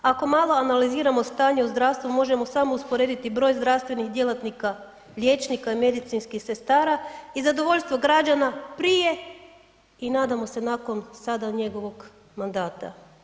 Ako malo analiziramo stanje u zdravstvu možemo samo usporediti broj zdravstvenih djelatnika, liječnika i medicinskih sestara i zadovoljstvo građana prije i nadamo se nakon, sada njegovog mandata.